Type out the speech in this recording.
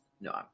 No